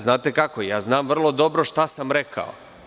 Znate kako, ja znam vrlo dobro šta sam rekao.